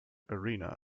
arena